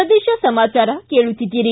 ಪ್ರದೇಶ ಸಮಾಚಾರ ಕೇಳುತ್ತಿದ್ದೀರಿ